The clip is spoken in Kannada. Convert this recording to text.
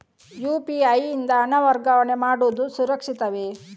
ಯು.ಪಿ.ಐ ಯಿಂದ ಹಣ ವರ್ಗಾವಣೆ ಮಾಡುವುದು ಸುರಕ್ಷಿತವೇ?